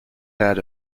had